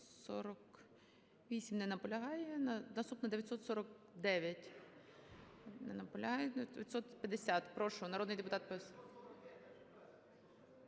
948. Не наполягає. Наступна - 949. Не наполягають. 950. Прошу, народний депутат…